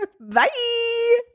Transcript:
Bye